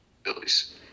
abilities